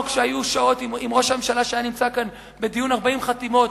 כשראש הממשלה היה נמצא כאן בדיון בעקבות 40 חתימות,